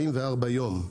44 יום.